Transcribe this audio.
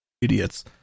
Idiots